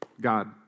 God